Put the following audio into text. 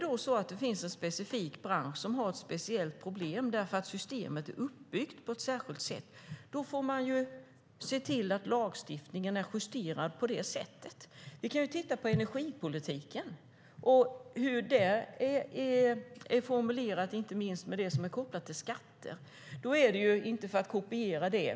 Om en specifik bransch har ett speciellt problem därför att systemet är uppbyggt på ett särskilt sätt får man se till att lagstiftningen är justerad på det sättet. Vi kan titta på energipolitiken och hur den är formulerad, inte minst med det som är kopplat till skatter, fast inte för att kopiera det.